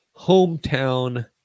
hometown